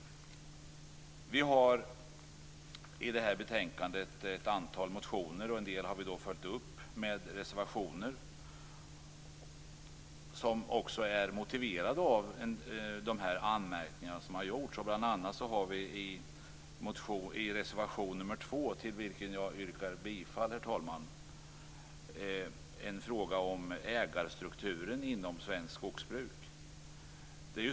Vi har i det här betänkandet ett antal motioner. En del har vi följt upp med reservationer som också är motiverade av de anmärkningar som gjorts. Bl.a. tar vi upp i reservation 2, till vilken jag yrkar bifall, herr talman, frågan om ägarstrukturen inom svenskt skogsbruk.